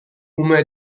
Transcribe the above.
ume